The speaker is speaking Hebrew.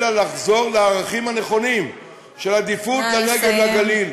אלא לחזור לערכים הנכונים של עדיפות לנגב והגליל.